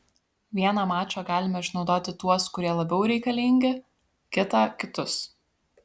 vieną mačą galime išnaudoti tuos kurie labiau reikalingi kitą kitus